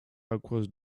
across